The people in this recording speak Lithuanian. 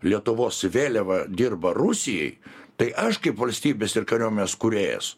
lietuvos vėliavą dirba rusijai tai aš kaip valstybės ir kariuomenės kūrėjas